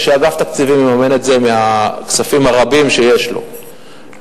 שאגף תקציבים יממן את זה מהכספים הרבים שיש לו,